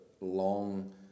long